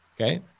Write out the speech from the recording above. Okay